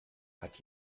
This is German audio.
hat